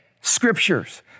scriptures